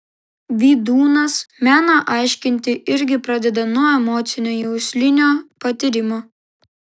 vydūnas meną aiškinti irgi pradeda nuo emocinio juslinio patyrimo